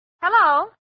Hello